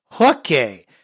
okay